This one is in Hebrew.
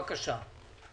בבקשה.